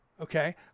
Okay